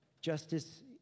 justice